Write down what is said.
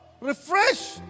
Refresh